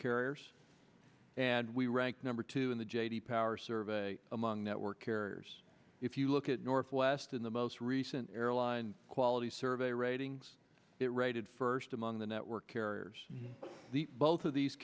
carriers and we rank number two in the j d power survey among network carriers if you look at northwest in the most recent airline quality survey ratings it rated first among the network carriers both of these